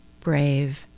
brave